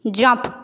jump